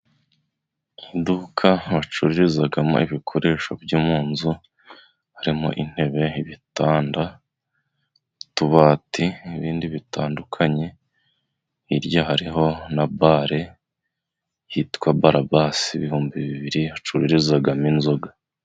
Iduka bacururizamo ibikoresho byo munzu, harimo intebe, ibitanda, utubati, n'ibindi bitandukanye, hirya hariho na bare yitwa Bararabasi ibihumbi bibiri bacururizamo inzoga.